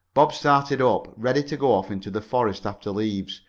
bob started up, ready to go off into the forest after leaves,